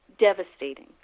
Devastating